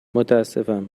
متاسفم